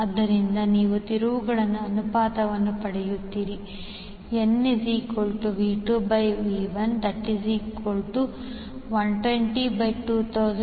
ಆದ್ದರಿಂದ ನೀವು ತಿರುವುಗಳ ಅನುಪಾತವನ್ನು ಪಡೆಯುತ್ತೀರಿ nV2V112024000